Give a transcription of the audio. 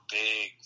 big